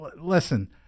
Listen